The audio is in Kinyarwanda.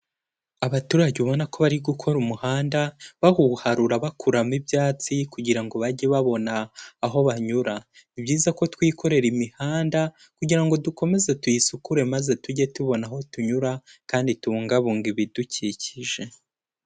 Abaturage babona ko bari gukora umuhanda bawuharura bakuramo ibyatsi kugira ngo bajye babona aho banyura. Ni byiza ko twikorera imihanda kugira dukomeze tuyisukure maze tujye tubona aho tunyura kandi tubungabunga ibidukikije.